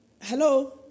hello